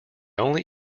only